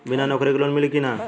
बिना नौकरी के लोन मिली कि ना?